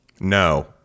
No